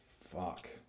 Fuck